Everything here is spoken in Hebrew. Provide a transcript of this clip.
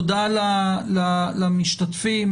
תודה למשתתפים,